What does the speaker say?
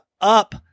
up